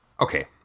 Okay